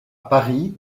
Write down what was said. paris